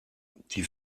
die